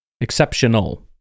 Exceptional